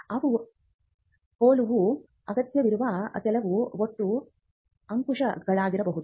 ಅವು ಹೊಳಪು ಅಗತ್ಯವಿರುವ ಕೆಲವು ಒರಟು ಅಂಚುಗಳಾಗಿರಬಹುದು